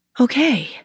Okay